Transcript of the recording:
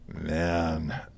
Man